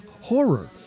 horror